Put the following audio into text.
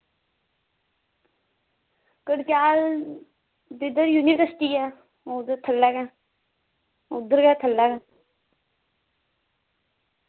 कड़गयाल जिद्दर यूनिवस्टी ऐ उ'दे थल्लै गै उद्धर गै थल्लै